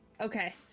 Okay